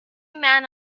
man